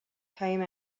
came